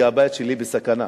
כי הבית שלי בסכנה.